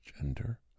gender